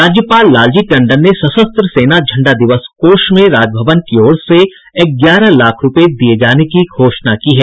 राज्यपाल लालजी टंडन ने सशस्त्र सेना झंडा दिवस कोष में राजभवन की ओर से ग्यारह लाख रुपये दिये जाने की घोषणा की है